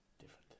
different